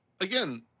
Again